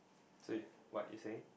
so what you saying